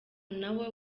nawo